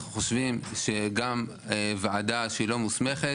אנחנו חושבים שגם ועדה שהיא לא מוסמכת,